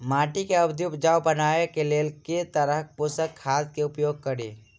माटि केँ अधिक उपजाउ बनाबय केँ लेल केँ तरहक पोसक खाद केँ उपयोग करि?